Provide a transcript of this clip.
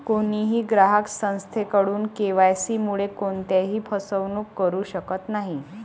कोणीही ग्राहक संस्थेकडून के.वाय.सी मुळे कोणत्याही फसवणूक करू शकत नाही